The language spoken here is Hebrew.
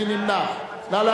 מי נמנע?